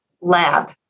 lab